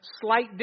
slight